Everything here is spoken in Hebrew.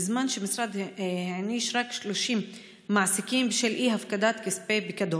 בזמן שהמשרד העניש רק 30 מעסיקים בשל אי-הפקדת כספי הפיקדון.